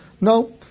No